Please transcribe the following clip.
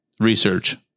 Research